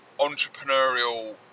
Entrepreneurial